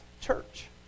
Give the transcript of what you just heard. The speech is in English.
church